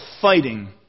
fighting